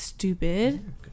Stupid